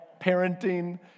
parenting